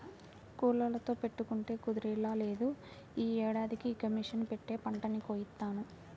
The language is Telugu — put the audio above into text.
కూలోళ్ళతో పెట్టుకుంటే కుదిరేలా లేదు, యీ ఏడాదికి ఇక మిషన్ పెట్టే పంటని కోయిత్తాను